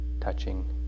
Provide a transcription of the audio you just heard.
touching